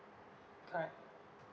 correct